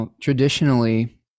Traditionally